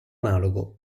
analogo